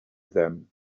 them